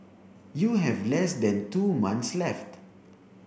you have less than two months left